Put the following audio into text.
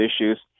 issues